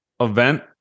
event